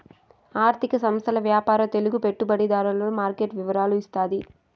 ఆర్థిక సంస్థల వ్యాపార తెలుగు పెట్టుబడిదారులకు మార్కెట్ వివరాలు ఇత్తాది